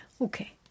Okay